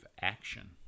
action